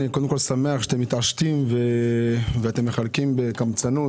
אני שמח שאתם מתעשתים ומחלקים בקמצנות